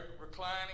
reclining